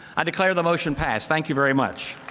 i declare the motion passed. thank you very much.